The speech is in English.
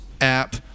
app